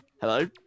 hello